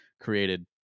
created